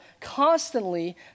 constantly